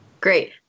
Great